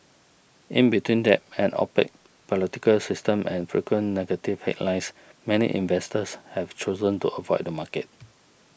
in between debt an opaque political system and frequent negative headlines many investors have chosen to avoid the market